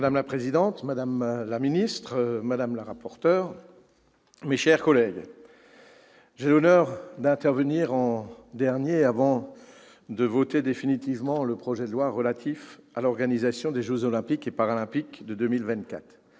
Madame la présidente, madame la ministre, madame la rapporteur, mes chers collègues, j'ai l'honneur d'intervenir en dernier avant le vote définitif du projet de loi relatif à l'organisation des jeux Olympiques et Paralympiques de 2024.